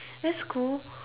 that's cool